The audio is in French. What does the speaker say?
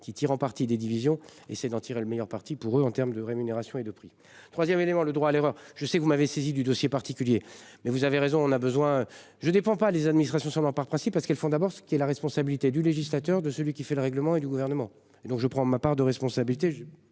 qui tirant parti des divisions et c'est d'en tirer le meilleur parti pour eux en terme de rémunération et de prix 3ème élément le droit à l'erreur. Je sais que vous m'avez saisi du dossier particulier mais vous avez raison, on a besoin je ne dépends pas les administrations sûrement par principe parce qu'elles font d'abord. C'est la responsabilité du législateur de celui qui fait le règlement et du gouvernement et donc je prends ma part de responsabilité.